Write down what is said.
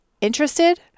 interested